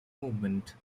movement